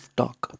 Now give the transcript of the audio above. talk